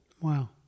Wow